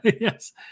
Yes